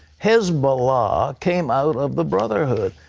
hezbollah came out of the brotherhood.